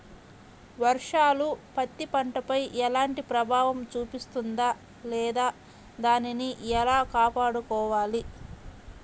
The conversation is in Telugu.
వర్షాలు పత్తి పంటపై ఎలాంటి ప్రభావం చూపిస్తుంద లేదా దానిని ఎలా కాపాడుకోవాలి?